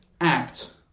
act